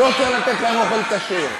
לא צריך לתת להם אוכל כשר,